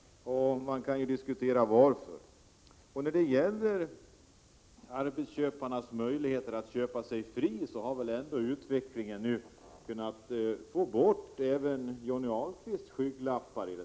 Man kan undra varför. När det gäller arbetsköparnas möjligheter att köpa sig fria måste väl ändå utvecklingen nu ha fått bort Johnny Ahlqvists skygglappar?